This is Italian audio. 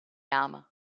ama